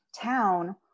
town